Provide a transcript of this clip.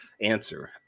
answer